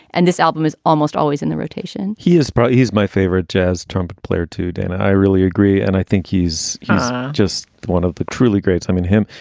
and this album is almost always in the rotation he is bright. he's my favorite jazz trumpet player, too. dana, i really agree. and i think he's just one of the truly greats. i mean him.